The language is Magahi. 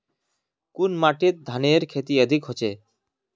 कुन माटित धानेर खेती अधिक होचे?